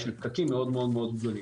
של פקקים מאוד מאוד גדולים.